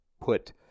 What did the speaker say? put